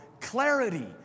clarity